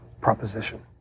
proposition